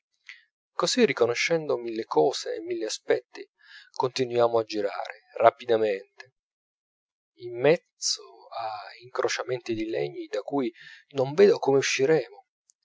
così riconoscendo mille cose e mille aspetti continuiamo a girare rapidamente in mezzo a incrociamenti di legni da cui non vedo come usciremo